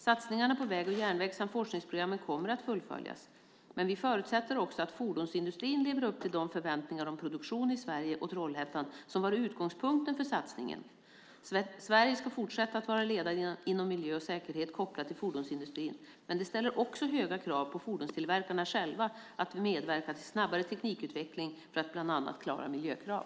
Satsningarna på väg och järnväg samt forskningsprogrammen kommer att fullföljas. Men vi förutsätter också att fordonsindustrin lever upp till de förväntningar om produktion i Sverige och Trollhättan som var utgångspunkten för satsningen. Sverige ska fortsätta att vara ledande inom miljö och säkerhet kopplat till fordonsindustrin. Men det ställer också höga krav på fordonstillverkarna själva att medverka till snabbare teknikutveckling för att bland annat klara miljökrav.